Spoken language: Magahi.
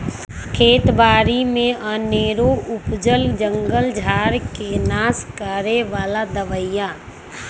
खेत बारि में अनेरो उपजल जंगल झार् के नाश करए बला दबाइ